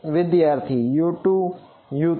વિદ્યાર્થી U2 અને U3